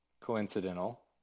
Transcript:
coincidental